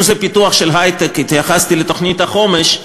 אם זה פיתוח של היי-טק, התייחסתי לתוכנית החומש,